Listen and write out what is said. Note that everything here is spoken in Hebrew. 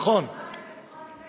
הסר ספק, מה זה השתתפות?